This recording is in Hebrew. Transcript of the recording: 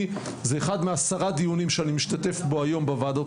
זה אחד מעשרה דיונים שאני משתתף בהם היום בוועדות